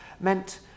meant